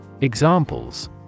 Examples